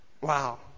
Wow